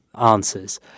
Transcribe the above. answers